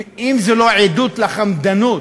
האם זו לא עדות לחמדנות